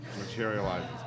materializes